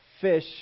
Fish